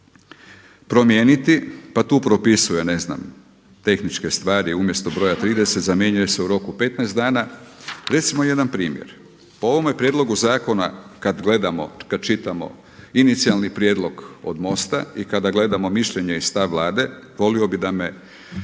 promijeniti, pa tu propisuje ne znam tehničke stvari umjesto broja 30 zamjenjuje se u roku 15 dana. Recimo jedan primjer, po ovome prijedlogu zakona kada gledamo kad čitamo inicijalni prijedlog od MOST-a i kada gledamo mišljenje i stav Vlade, volio bih da me